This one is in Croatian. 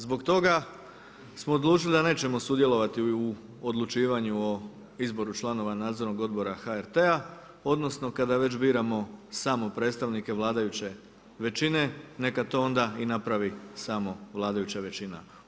Zbog toga smo odlučili da nećemo sudjelovati u odlučivanju izboru članova Nadzornog odbora HRT-a, odnosno kada već biramo samo predstavnike vladajuće većine neka to onda i napravi samo vladajuća većina.